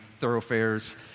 thoroughfares